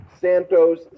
Santos